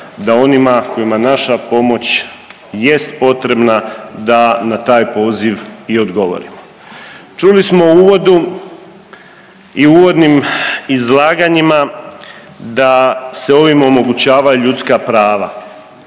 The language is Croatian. da onima kojima naša pomoć jest potrebna da na taj poziv i odgovorimo. Čuli smo u uvodu i u uvodnim izlaganjima da se ovim omogućavaju ljudska prava,